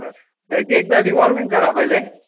बरं त्याची एकदा डिवॉर्मिंग करा पाहिले